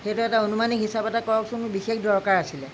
সেইটো এটা অনুমানিক হিচাব এটা কৰকচোন বিশেষ দৰকাৰ আছিলে